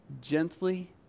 gently